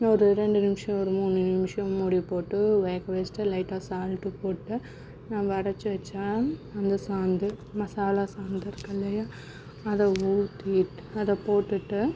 ஒரு ரெண்டு நிமிடம் ஒரு மூணு நிமிடம் மூடி போட்டு வேக வச்சுட்டு லைட்டாக சால்ட்டு போட்டு நம்ம அரைச்சி வச்ச அந்த சாந்து மசாலா சாந்து இருக்குது இல்லையா அதை ஊற்றிட்டு அதை போட்டுட்டு